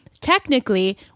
technically